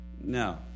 no